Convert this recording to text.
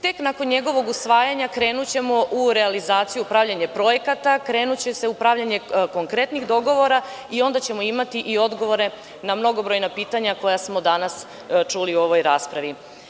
Tek nakon njegovog usvajanja krenućemo u realizaciju pravljenja projekata, krenuće se pravljenje konkretnih dogovora, i onda ćemo imati i odgovore na mnogobrojna pitanja koja smo danas čuli u ovoj raspravi.